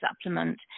supplement